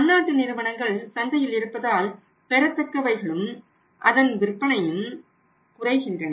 பன்னாட்டு நிறுவனங்கள் சந்தையில் இருப்பதால் பெறத்தக்கவைகளும் அதன் கடன் விற்பனையும் குறைகின்றன